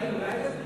אולי תסביר